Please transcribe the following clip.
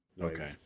Okay